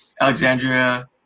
Alexandria